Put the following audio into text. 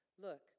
Look